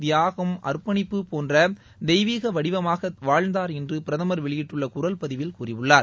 தியாகம் அர்ப்பணிப்பு போன்ற தெய்வீக வடிவமாக வாழ்ந்தார் என்று பிரதமர் வெளியிட்டுள்ள குரல் பதிவில் கூறியுள்ளார்